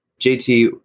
JT